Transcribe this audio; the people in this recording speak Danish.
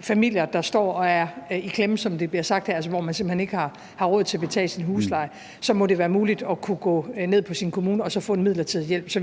familier, der står og er i klemme, som det bliver sagt her, altså hvor man simpelt hen ikke har råd til at betale sin husleje, må det være muligt at kunne gå ned på sin kommune og så få en midlertidig hjælp. Så